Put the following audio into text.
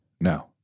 No